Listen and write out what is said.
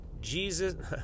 Jesus